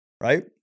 right